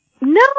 No